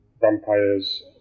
vampires